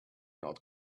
not